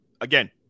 again